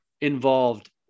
involved